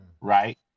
right